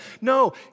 no